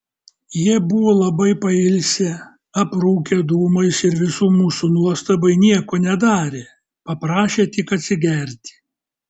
jie buvo labai pailsę aprūkę dūmais ir visų mūsų nuostabai nieko nedarė paprašė tik atsigerti